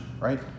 right